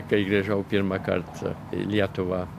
kai grįžau pirmąkart į lietuvą